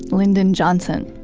lyndon johnson.